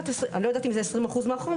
אני לא יודעת אם זה 20% מהחומר,